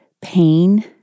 pain